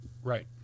right